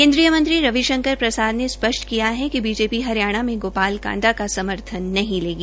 केन्द्रीय मंत्री रविशंकर प्रसाद ने स्पष्ट किया है कि बीजेपी हरियाणा में गोपाल कांडा का समर्थन नहीं लेगी